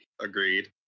Agreed